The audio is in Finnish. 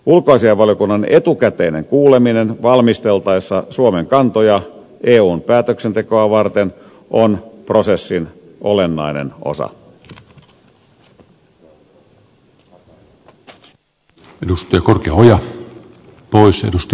ulkoasiainvaliokunnan etukäteinen kuuleminen valmisteltaessa suomen kantoja eun päätöksentekoa varten on prosessin olennainen osa